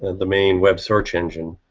the main web search engine.